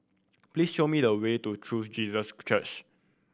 please show me the way to True Jesus Church